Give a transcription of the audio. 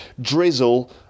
drizzle